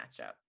matchup